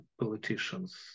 politicians